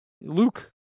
Luke